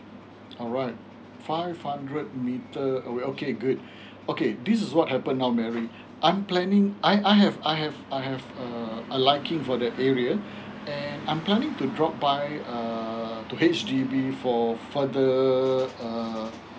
alright five hundred meter away okay good okay this is what happen now I'm planning I I have I have I have uh a liking for that area and planning to drop by to H_D_B for further uh